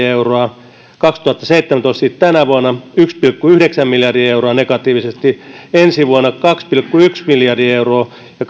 euroa kaksituhattaseitsemäntoista siis tänä vuonna yksi pilkku yhdeksän miljardia euroa negatiivisesti ensi vuonna kaksi pilkku yksi miljardia euroa ja